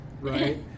right